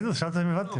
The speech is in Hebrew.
פינדרוס, שאלת אם הבנתי.